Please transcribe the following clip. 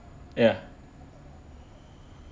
ya